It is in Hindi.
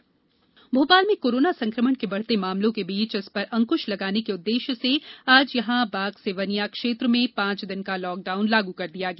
लॉ कडाउन भोपाल में कोरोना संक्रमण के बढ़ते मामलों के बीच इस पर अंकुश लगाने के उद्देश्य से आज यहां बाग सेवनिया क्षेत्र में पांच दिन का लॉकडाउन लागू कर दिया गया